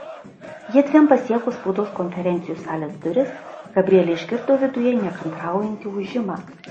jiedviem pasiekus spaudos konferencijų salės duris gabrielė išgirdo viduje nekantraujantį ūžimą